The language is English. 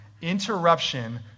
interruption